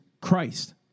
Christ